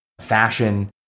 fashion